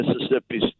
Mississippi